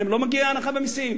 להם לא מגיעה הנחה במסים?